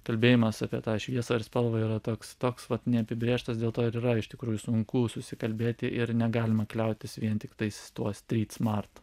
kalbėjimas apie tą šviesą ir spalvą yra toks toks vat neapibrėžtas dėl to yra iš tikrųjų sunku susikalbėti ir negalima kliautis vien tiktais tuo strytsmart